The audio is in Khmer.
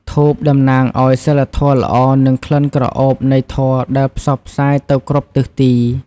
ធូប តំណាងឱ្យ សីលធម៌ល្អ និងក្លិនក្រអូបនៃធម៌ដែលផ្សព្វផ្សាយទៅគ្រប់ទិសទី។